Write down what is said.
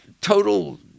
total